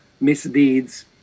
misdeeds